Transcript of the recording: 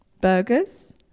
burgers